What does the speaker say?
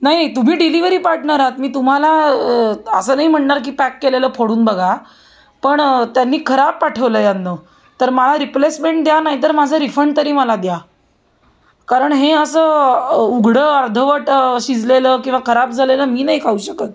नाही नाही तुम्ही डिलिव्हरी पार्टनर आहात मी तुम्हाला असं नाही म्हणणार की पॅक केलेलं फोडून बघा पण त्यांनी खराब पाठवलं यानं तर मला रिप्लेसमेंट द्या नाही तर माझं रिफंड तरी मला द्या कारण हे असं उघडं अर्धवट शिजलेलं किंवा खराब झालेलं मी नाही खाऊ शकत